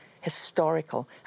historical